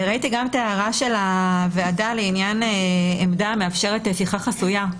ראיתי גם את ההערה של הוועדה לעניין עמדה המאפשרת שיחה חסויה.